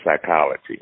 psychology